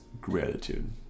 gratitude